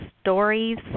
stories